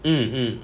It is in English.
mm mm